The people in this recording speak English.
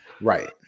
Right